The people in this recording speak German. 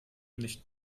nicht